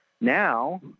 Now